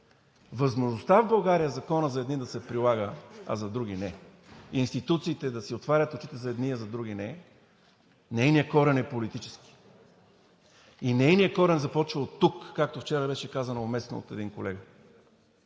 възможността в България законът за едни да се прилага, а за други не, институциите да си отварят очите за едни, а за други не. Нейният корен е политически и нейният корен започва оттук, както вчера беше казано уместно от един колега.